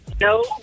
no